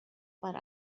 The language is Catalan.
part